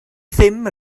ddim